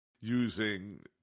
using